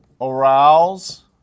arouse